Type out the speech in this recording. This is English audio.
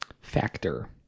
factor